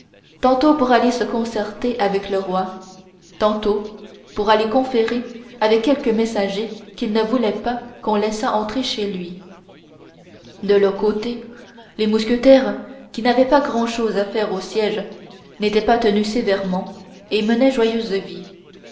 tantôt pour aller se concerter avec le roi tantôt pour aller conférer avec quelque messager qu'il ne voulait pas qu'on laissât entrer chez lui de leur côté les mousquetaires qui n'avaient pas grand-chose à faire au siège n'étaient pas tenus sévèrement et menaient joyeuse vie